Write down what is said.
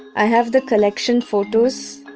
i have the collection, photos,